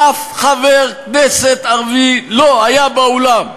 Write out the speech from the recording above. אף חבר כנסת ערבי לא היה באולם.